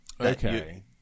Okay